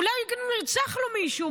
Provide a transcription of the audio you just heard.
אולי גם נרצח לו מישהו.